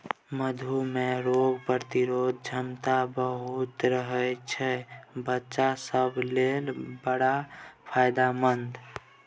मधु मे रोग प्रतिरोधक क्षमता बहुत रहय छै बच्चा सब लेल बड़ फायदेमंद